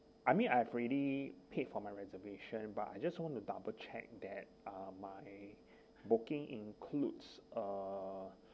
I mean I've already paid for my reservation but I just want to double check that uh my booking includes uh